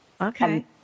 Okay